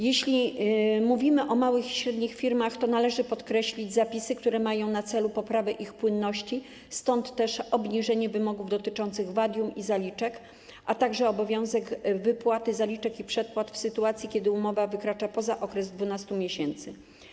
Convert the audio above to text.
Jeśli mówimy o małych i średnich firmach, to należy podkreślić zapisy, które mają na celu poprawę ich płynności, stąd też obniżenie wymogów dotyczących wadium i zaliczek, a także obowiązek wypłaty zaliczek i przedpłat w sytuacji, kiedy umowa wykracza poza okres 12 miesięcy.